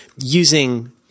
using